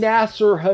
Nasser